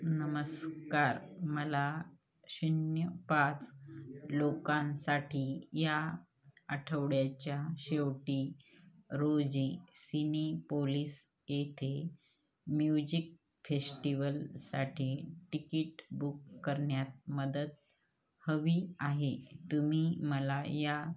नमस्कार मला शून्य पाच लोकांसाठी या आठवड्याच्या शेवटी रोजी सिनेपोलिस येथे म्यूझिक फेश्टिवल साठी टिकीट बुक करण्यात मदत हवी आहे तुम्ही मला या